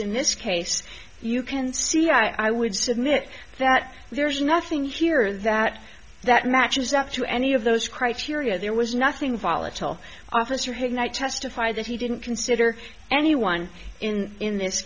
in this case you can see i would submit that there is nothing here that that matches up to any of those criteria there was nothing volatile officer had not testified that he didn't consider anyone in in this